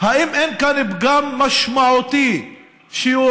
האם אין כאן פגם משמעותי שיורד